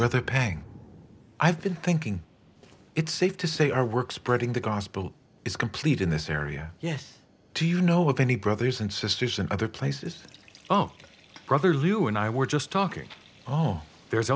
brother pang i've been thinking it's safe to say our work spreading the gospel is complete in this area yes do you know of any brothers and sisters and other places oh brother lou and i were just talking